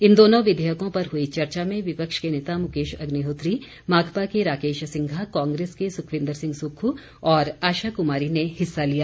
इन दोनों विधेयकों पर हुई चर्चा में विपक्ष के नता मुकेश अग्निहोत्री माकपा के राकेश सिंघा कांग्रेस के सुखविंदर सिंह सुक्खू और आशा कुमारी ने हिस्सा लिया